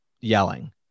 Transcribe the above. yelling